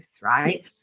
right